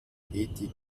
ethik